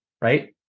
right